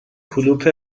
کلوپ